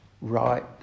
right